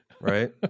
Right